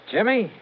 Jimmy